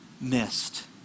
missed